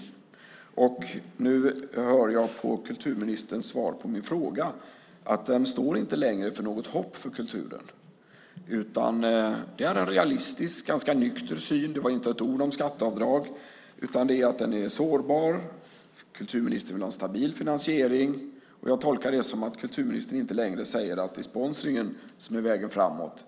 Och nu hör jag på kulturministerns svar på min fråga att den inte längre står för något hopp för kulturen, utan det är en realistisk och ganska nykter syn som förmedlas. Det var inte ett ord om skatteavdrag, utan det talas om att den är sårbar, och kulturministern vill ha en stabil finansiering. Jag tolkar det som att kulturministern inte längre säger att det är sponsringen som är vägen framåt.